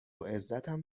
عزتم